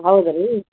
ಹೌದು ರೀ